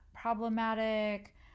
problematic